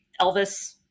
Elvis